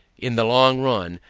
in the long run,